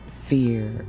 fear